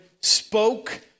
spoke